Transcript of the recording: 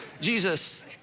Jesus